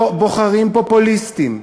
לא בוחרים פופוליסטים,